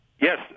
Yes